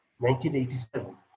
1987